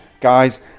guys